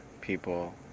people